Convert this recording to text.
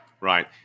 right